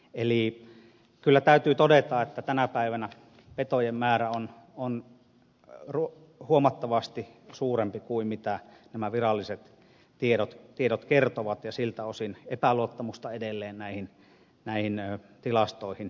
eli kyllä täytyy todeta että tänä päivänä petojen määrä on huomattavasti suurempi kuin mitä nämä viralliset tiedot kertovat ja siltä osin epäluottamusta edelleen näihin tilastoihin alalla on